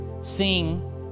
sing